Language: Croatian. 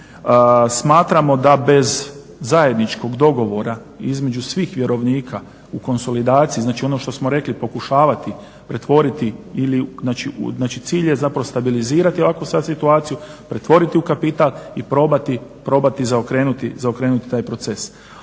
Smatramo da bez zajedničkog dogovora između svih vjerovnika u konsolidaciji, znači ono što smo rekli pokušavati pretvoriti ili, znači cilj je zapravo stabilizirati ovakvu sad situaciju, pretvoriti u kapital i probati zaokrenuti taj proces.